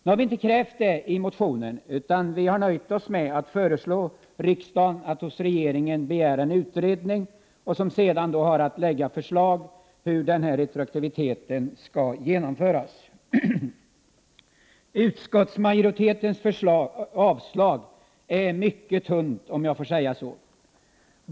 I motionen har vi dock inte krävt detta, utan vi har nöjt oss med att föreslå att riksdagen hos regeringen begär en utredning som sedan har att lägga fram förslag om hur denna retroaktivitet skall genomföras. Utskottsmajoritetens skäl för avslag är mycket tunt, om jag får säga så.